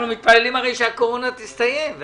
אנחנו מתפללים הרי שהקורונה תסתיים,